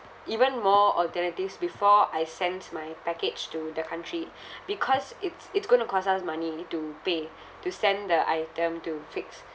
even more alternatives before I sent my package to the country because it's it's going to cost us money to pay to send the item to fix